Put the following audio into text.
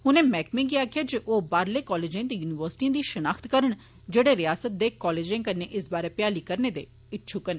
उनें मैह्कमे गी आक्खेआ जे ओ बाह्रले कालेजें ते यूनिवर्सिटिएं दी शनाख्त करन जेहड़े रिआसत दे कालेजें कन्नै इस बारे भ्याली करने दे इच्छुक न